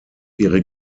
ihre